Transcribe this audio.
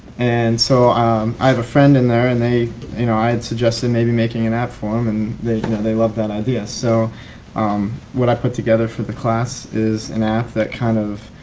and so i have a friend in there and they you know i suggested in maybe making an app for them and they they loved that idea. so what i put together for the class is an app that kind of